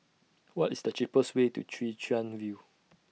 What IS The cheapest Way to Chwee Chian View